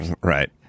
Right